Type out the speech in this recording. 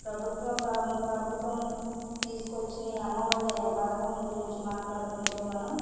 ప్రభుత్వం ప్రభుత్వం తీసుకొచ్చిన ఈ అమ్మఒడి అనే పథకం గురించి మాట్లాడుకుంటే మనం